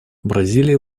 бразилия